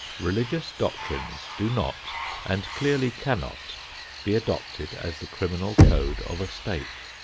religious doctrines do not and clearly cannot be adopted as the criminal code of a state.